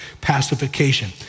pacification